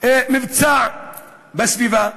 ממצא בסביבה.